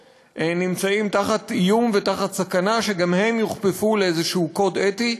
נמצאים תחת איום ותחת סכנה שגם הם יוכפפו לאיזה קוד אתי.